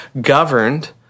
governed